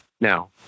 Now